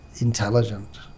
intelligent